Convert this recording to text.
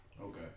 Okay